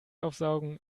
aufsaugen